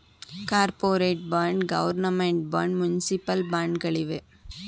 corporate bond, government bond, municipal bond ಗಳಿವೆ